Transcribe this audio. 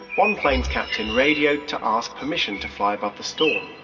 one plane's captain radioed to ask permission to fly above the storm.